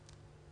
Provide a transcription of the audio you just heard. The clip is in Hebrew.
אב.